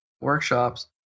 workshops